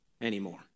anymore